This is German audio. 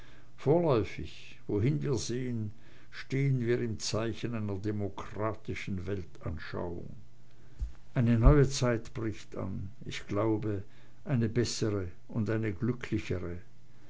vorläufig wohin wir sehen stehen wir im zeichen einer demokratischen weltanschauung eine neue zeit bricht an ich glaube eine bessere und eine glücklichere